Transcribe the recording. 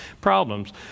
problems